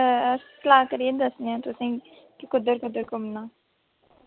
अस सलाह करियै दस्सने आं तुसेंगी कि कुद्धर कुद्धर घूमना